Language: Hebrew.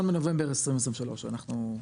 ב-1 בנובמבר 2023 אנחנו...